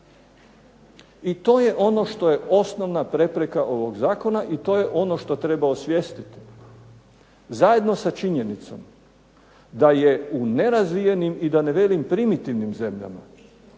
I to je ono što je osnovna prepreka ovog zakona i to je ono što treba osvijestiti, zajedno sa činjenicom da je u nerazvijenim i da ne velim primitivnim zemljama,